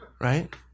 right